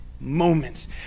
Moments